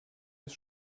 des